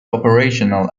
operational